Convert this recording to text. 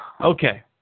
Okay